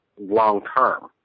long-term